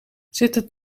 zitten